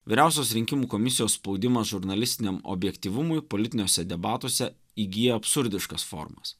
vyriausios rinkimų komisijos spaudimas žurnalistiniam objektyvumui politiniuose debatuose įgyja absurdiškas formas